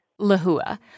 LaHua